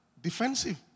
defensive